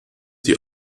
die